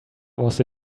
was